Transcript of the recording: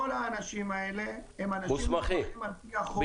כל האנשים האלה מוסמכים לפי החוק.